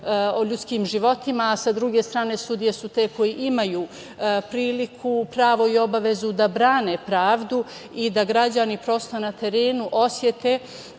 o ljudskim životima, a sa druge strane sudije su te koje imaju priliku, pravo i obavezu da brane pravdu i da građani prosto na terenu osete